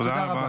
תודה רבה.